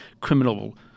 criminal